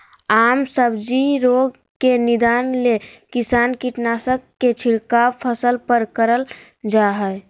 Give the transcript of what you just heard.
आम सब्जी रोग के निदान ले किसान कीटनाशक के छिड़काव फसल पर करल जा हई